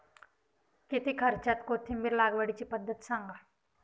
कमी खर्च्यात कोथिंबिर लागवडीची पद्धत सांगा